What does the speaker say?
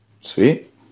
Sweet